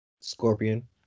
Scorpion